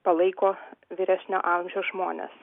palaiko vyresnio amžiaus žmones